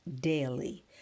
daily